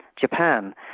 Japan